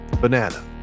banana